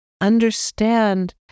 Understand